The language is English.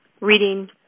reading